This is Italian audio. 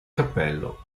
cappello